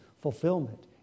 fulfillment